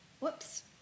Whoops